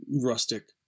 rustic